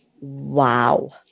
Wow